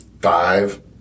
five